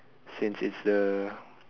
since it's the